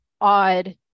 odd